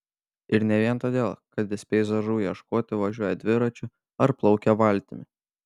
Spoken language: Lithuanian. ir ne vien todėl kad jis peizažų ieškoti važiuoja dviračiu ar plaukia valtimi